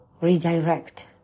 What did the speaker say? redirect